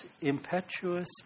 impetuous